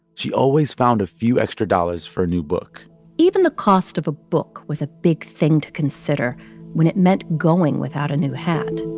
she always found a few extra dollars for a new book even the cost of a book was a big thing to consider when it meant going without a new hat